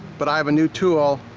but i have a new tool.